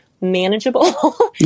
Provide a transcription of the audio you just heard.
manageable